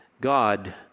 God